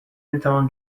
میتوان